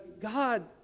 God